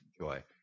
joy